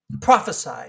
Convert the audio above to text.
Prophesy